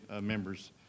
members